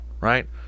right